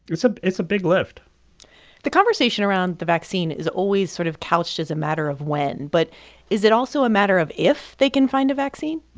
it's a it's a big lift the conversation around the vaccine is always sort of couched as a matter of when, but is it also a matter of if they can find a vaccine?